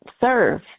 serve